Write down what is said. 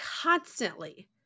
constantly